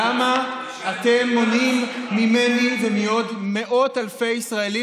למה אתם מונעים ממני ומעוד מאות אלפי ישראלים